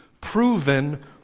proven